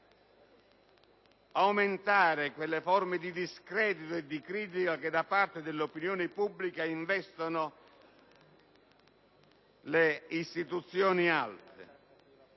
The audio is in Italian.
aumentare quelle forme di discredito e di critica che da parte dell'opinione pubblica investono le istituzioni alte.